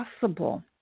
possible